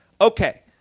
Okay